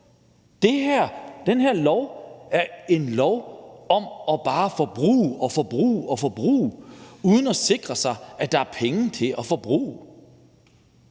Det her er et lovforslag om bare at forbruge og forbruge og forbruge uden at sikre, at der er penge til at forbruge.